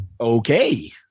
Okay